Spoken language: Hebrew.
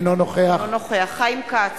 אינו נוכח חיים כץ,